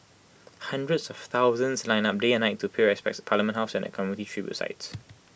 hundreds of thousands lined up day and night to pay respects at parliament house and at community tribute sites